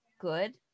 good